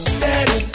Steady